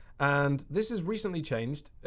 and this has recently changed,